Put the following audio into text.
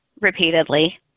repeatedly